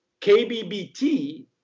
KBBT